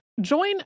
Join